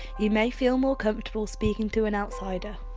you may feel more comfortable speaking to an outsider